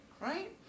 right